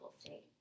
state